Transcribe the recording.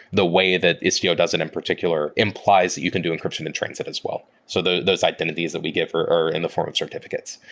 the way that istio does it in particular implies that you can do encryption in transit as well. so those identities that we give are are in the form of certificates.